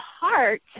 heart